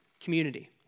community